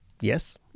Yes